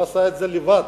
הוא עשה את זה לבד.